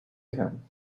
him